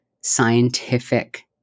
scientific